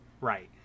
Right